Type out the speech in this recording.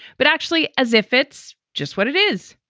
but actually as if it's just what it is.